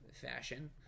fashion